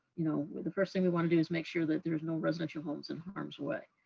you know, the first thing we want to do is make sure that there is no residential homes in harm's way.